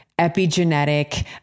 epigenetic